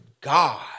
God